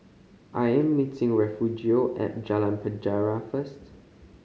I am meeting Refugio at Jalan Penjara first